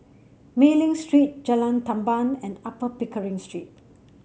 Mei Ling Street Jalan Tamban and Upper Pickering Street